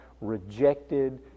rejected